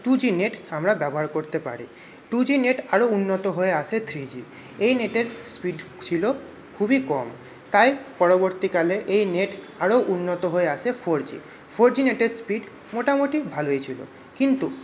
two G net আমরা ব্যবহার করতে পারি টু জি নেট আরও উন্নত হয়ে আসে থ্রি জি এই নেটের স্পিড ছিলো খুবই কম তাই পরবর্তীকালে এই নেট আরও উন্নত হয়ে আসে ফোর জি ফোর জি নেটের স্পিড মোটামোটি ভালোই ছিলো কিন্তু